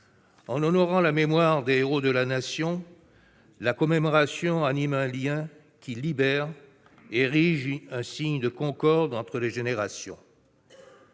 En honorant la mémoire des héros de la Nation, la commémoration anime un lien qui libère, érige un signe de concorde entre les générations